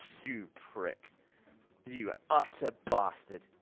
you prick you utter bastard